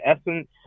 essence